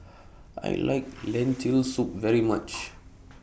I like Lentil Soup very much